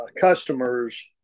customers